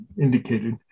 indicated